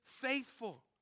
faithful